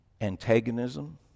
antagonism